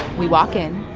we walk in.